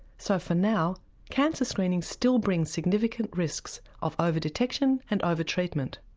so for now cancer screening still brings significant risks of over-detection and over-treatment.